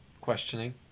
questioning